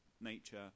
nature